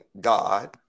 God